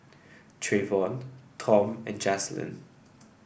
Treyvon Tom and Jaslyn